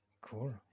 Cool